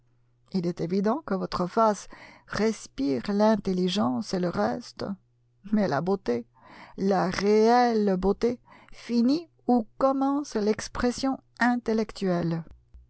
il est évident que votre face respire l'intelligence et le reste mais la beauté la réelle beauté finit où commence l'expression intellectuelle